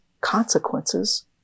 consequences